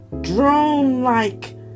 drone-like